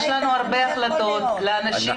יש לנו הרבה מאוד החלטות בעניין אנשים